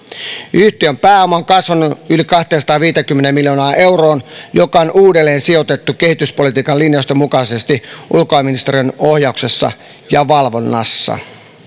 yhtiön pääoma on kasvanut yli kahteensataanviiteenkymmeneen miljoonaan euroon joka on uudelleen sijoitettu kehityspolitiikan linjausten mukaisesti ulkoasiainministeriön ohjauksessa ja valvonnassa